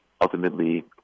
ultimately